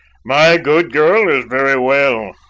my good girl is very well,